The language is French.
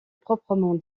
proprement